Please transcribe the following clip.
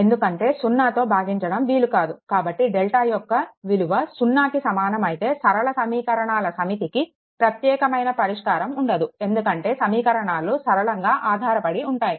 ఎందుకంటే సున్నాతో భాగించడం వీలు కాదు కాబట్టి డెల్టా యొక్క విలువ సున్నాకి సమానమైతే సరళ సమీకరణాల సమితికి ప్రత్యేకమైన పరిష్కారం ఉండదు ఎందుకంటే సమీకరణాలు సరళంగా ఆధారపడి ఉంటాయి